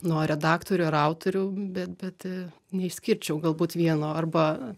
nuo redaktorių ar autorių bet bet neišskirčiau galbūt vieno arba